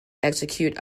execute